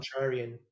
contrarian